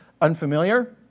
unfamiliar